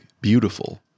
beautiful